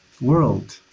world